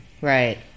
Right